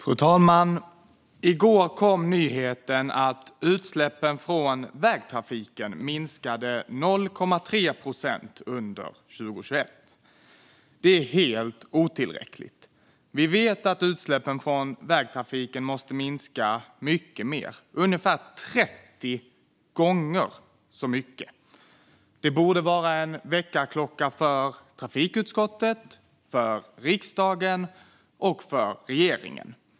Fru talman! I går kom nyheten att utsläppen från vägtrafiken minskade med 0,3 procent under 2021. Det är helt otillräckligt. Vi vet att utsläppen från vägtrafiken måste minska mycket mer, med ungefär 30 gånger så mycket. Det här borde vara en väckarklocka för trafikutskottet, för riksdagen och för regeringen.